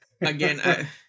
Again